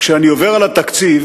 כשאני עובר על התקציב